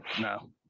No